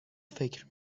فکر